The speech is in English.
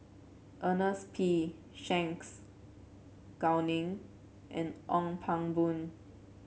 Ernest P Shanks Gao Ning and Ong Pang Boon